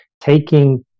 taking